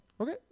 Okay